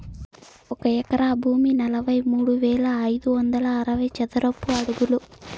ఒక ఎకరా భూమి నలభై మూడు వేల ఐదు వందల అరవై చదరపు అడుగులు